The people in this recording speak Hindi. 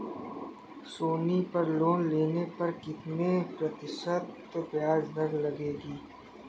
सोनी पर लोन लेने पर कितने प्रतिशत ब्याज दर लगेगी?